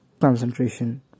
concentration